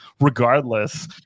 regardless